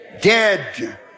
dead